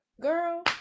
Girl